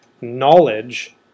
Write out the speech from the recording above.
knowledge